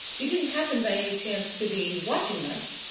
you didn't happen by any chance to be watching us?